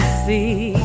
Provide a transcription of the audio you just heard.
see